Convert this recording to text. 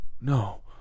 no